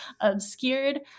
obscured